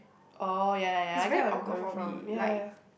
orh ya ya ya I get where you're coming from ya ya